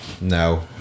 No